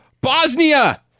Bosnia